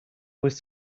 was